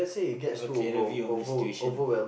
have a clearer view of the situaion